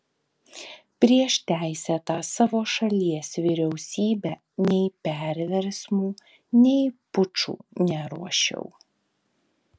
prieš teisėtą savo šalies vyriausybę nei perversmų nei pučų neruošiau